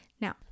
Now